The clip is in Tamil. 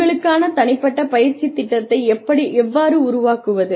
உங்களுக்கான தனிப்பட்ட பயிற்சி திட்டத்தை எவ்வாறு உருவாக்குவது